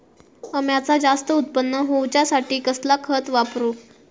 अम्याचा जास्त उत्पन्न होवचासाठी कसला खत वापरू?